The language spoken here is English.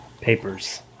papers